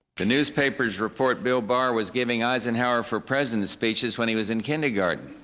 the newspapers report bill barr was giving eisenhower for president speeches when he was in kindergarten.